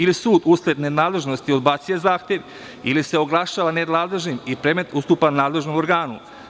Ili sud usled nenadležnosti odbacuje zahtev ili se oglašava nenadležnim i predmet ustupa nadležnom organ.